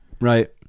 Right